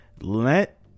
Let